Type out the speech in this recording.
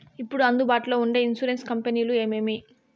ఇప్పుడు అందుబాటులో ఉండే ఇన్సూరెన్సు కంపెనీలు ఏమేమి?